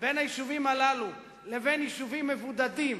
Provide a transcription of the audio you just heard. בין היישובים הללו לבין יישובים מבודדים,